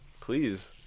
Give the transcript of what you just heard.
Please